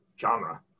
genre